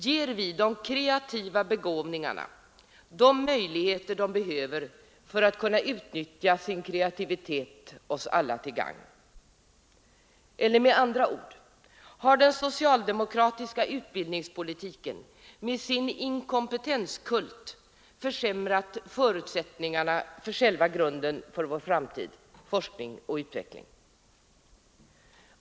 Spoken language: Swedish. Ger vi kreativa begåvningar alla de möjligheter de behöver för att kunna utnyttja sin kreativitet oss alla till gagn? Eller med andra ord: Har den socialdemokratiska utbildningspolitiken med sin inkompetenskult försämrat förutsättningarna och själva grunden för vår framtid — forskning och utveckling?